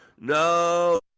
No